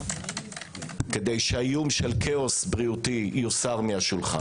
כדי שהאיום של כאוס בריאותי יוסר מהשולחן.